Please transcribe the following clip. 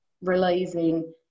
realizing